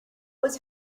was